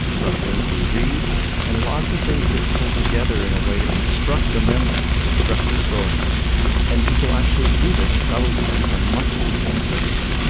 from things we read and lots of things get pulled together in a way to construct a memory, to construct a story and people actually believe it and it probably depends on much of the same circuitry.